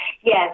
yes